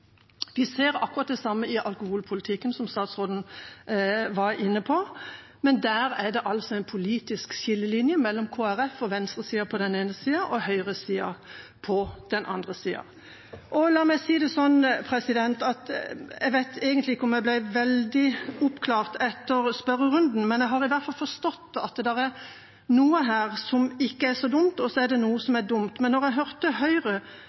Vi ser akkurat det samme i alkoholpolitikken, som statsråden var inne på, men der er det altså en politisk skillelinje mellom Kristelig Folkeparti og venstresida på den ene sida og høyresida på den andre sida. La meg si det slik at jeg vet egentlig ikke om jeg ble veldig oppklart etter spørrerunden, men jeg har i hvert fall forstått at det er noe her som ikke er så dumt, og så er det noe som er dumt. Men da jeg hørte